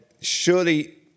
surely